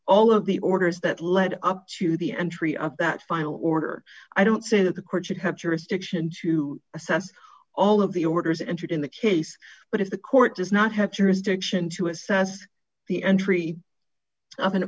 all of the orders that led up to the entry of that final order i don't say that the court should have jurisdiction to assess all of the orders entered in the case but if the court does not have jurisdiction to assess the entry